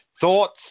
thoughts